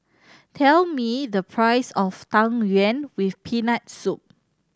tell me the price of Tang Yuen with Peanut Soup